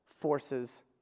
forces